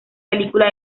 película